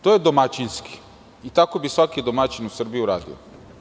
To je domaćinski i tako bi svaki domaćin u Srbiji uradio.